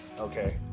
Okay